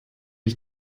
ich